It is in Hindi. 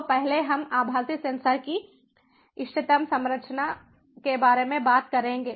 तो पहले हम आभासी सेंसर की इष्टतम संरचना के बारे में बात करेंगे